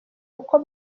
uko